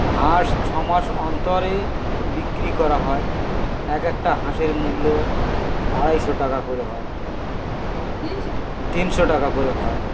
হাঁস ছ মাস অন্তরে বিক্রি করা হয় এক একটা হাঁসের মূল্য আড়াইশো টাকা করে হয় তিনশো টাকা করে হয়